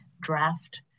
draft